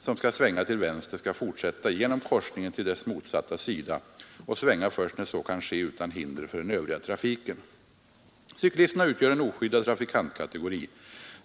som skall svänga till vänster, skall fortsätta genom korsningen till dess motsatta sida och svänga först när så kan ske utan hinder för den övriga trafiken. Cyklisterna utgör en oskyddad trafikantkategori.